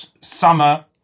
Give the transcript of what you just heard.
summer